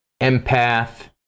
empath